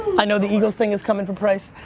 i know the eagles thing is comin' from price,